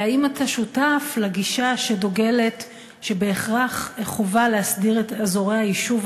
והאם אתה שותף לגישה שדוגלת שבהכרח חובה להסדיר את אזורי היישוב